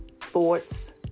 thoughts